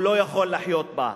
הוא לא יכול לחיות בה.